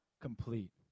complete